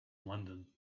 london